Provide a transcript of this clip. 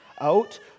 out